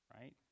right